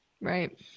right